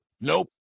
Nope